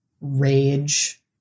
rage